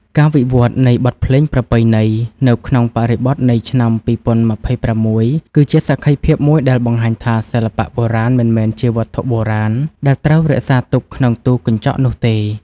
ការវិវត្តនៃបទភ្លេងប្រពៃណី នៅក្នុងបរិបទនៃឆ្នាំ ២០២៦ គឺជាសក្ខីភាពមួយដែលបង្ហាញថា សិល្បៈបុរាណមិនមែនជាវត្ថុបុរាណដែលត្រូវរក្សាទុកក្នុងទូកញ្ចក់នោះទេ។